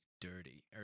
dirty